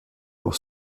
pour